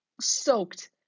soaked